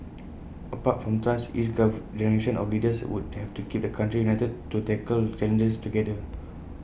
apart from trust each Carve generation of leaders would have to keep the country united to tackle challenges together